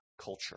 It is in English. culture